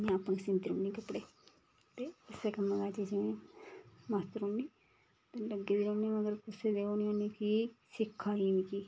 में आपूं सींदी रौह्न्नी कपड़े ते इस्सै कम्मै च आऊं मस्त रौहन्नी ते लग्गी दी रौह्न्नी मगर कुसै दे ओह नी होन्नी कि सिक्ख आई मिकी